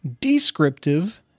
descriptive